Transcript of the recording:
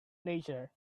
nature